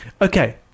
Okay